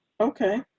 Okay